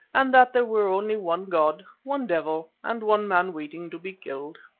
and that there were only one god, one devil, and one man waiting to be killed.